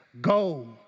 go